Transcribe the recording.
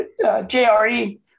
jre